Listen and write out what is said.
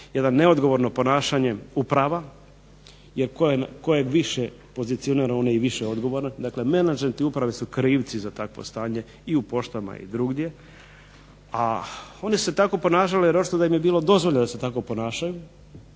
jedan neodgovorno ponašanje uprava kojeg više pozicioniramo i više odgovorne. Dakle menadžment i uprave su krivci za takvo stanje u poštama i negdje drugdje, oni se tako ponašale jer očito im je bilo dozvoljeno da se tako ponašaju